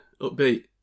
upbeat